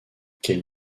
qu’elle